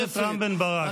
חבר הכנסת רם בן ברק.